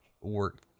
work